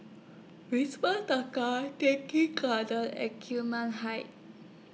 Wisma Tai Keng Gardens and Gillman Heights